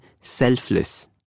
selfless